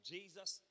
Jesus